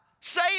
Say